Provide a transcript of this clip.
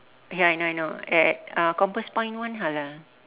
ya I know I know uh compass point one halal